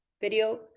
video